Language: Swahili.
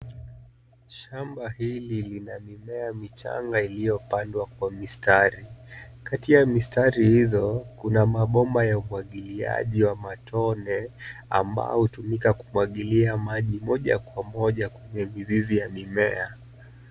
Shamba hili lina mimea michanga iliyopandwa kwa mistari. Kati ya mistari hizo kuna mabomba ya umwagiliaji wa matone ambao hutumika kumwagilia maji moja kwa moja kwenye mizizi ya mimea.